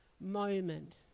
moment